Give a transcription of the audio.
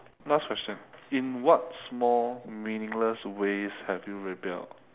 last question in what small meaningless ways have you rebelled